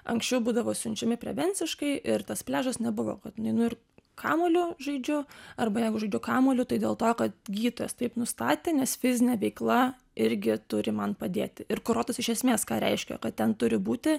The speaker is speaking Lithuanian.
anksčiau būdavo siunčiami prevenciškai ir tas pliažas nebuvo kad nueinu ir kamuoliu žaidžiu arba jeigu žaidžiu kamuoliu tai dėl to kad gydytojas taip nustatė nes fizinė veikla irgi turi man padėti ir kurortas iš esmės ką reiškia kad ten turi būti